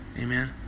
Amen